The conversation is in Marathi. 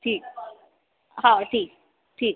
ठीक हो ठीक ठीक